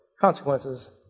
consequences